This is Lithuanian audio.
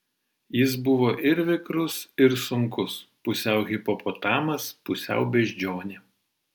jis buvo ir vikrus ir sunkus pusiau hipopotamas pusiau beždžionė